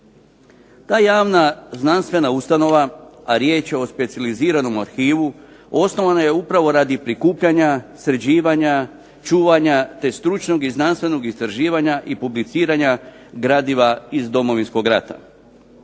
Ta javna znanstvena ustanova, a riječ je o specijaliziranom arhivu osnovana je upravo radi prikupljanja, sređivanja, čuvanja te stručnog i znanstvenog istraživanja i publiciranja gradiva iz Domovinskog rata.